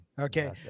okay